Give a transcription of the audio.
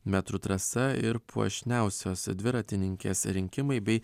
metrų trasa ir puošniausios dviratininkės rinkimai bei